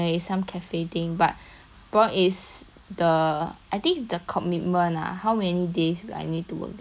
what is the I think the commitment lah how many days will I need to work there then 我不可以 sia